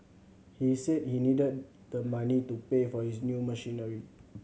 he said he needed the money to pay for his new machinery